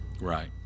Right